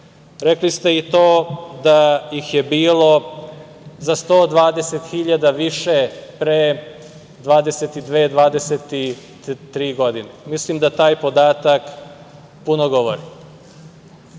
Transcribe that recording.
Rekli ste i to da ih je bilo za 120 hiljada više pre 22, 23 godine. Mislim da taj podatak puno govori. Mi